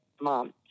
Mom